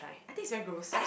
I think it's very gross